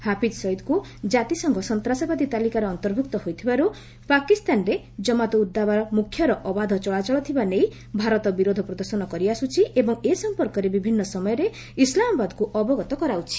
ହାଫିଜ ସୟିଦକୁ ଜାତିସଂଘ ସନ୍ତାସବାଦୀ ତାଲିକାରେ ଅନ୍ତର୍ଭୁକ୍ତ ହୋଇଥିବାରୁ ପାକିସ୍ତାନରେ ଜମାତ୍ ଉଦ୍ ଦାବା ମୁଖ୍ୟର ଅବାଧ ଚଳାଚଳ ଥିବା ନେଇ ଭାରତ ବିରୋଧ ପ୍ରଦର୍ଶନ କରିଆସୁଛି ଏବଂ ଏ ସମ୍ପର୍କରେ ବିଭିନ୍ନ ସମୟରେ ଇସ୍ଲାମବାଦକୁ ଅବଗତ କରାଉଛି